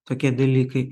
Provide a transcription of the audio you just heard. tokie dalykai